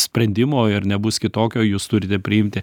sprendimo ir nebus kitokio jūs turite priimti